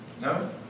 No